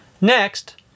Next